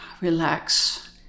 relax